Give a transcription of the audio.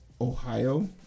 Ohio